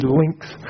links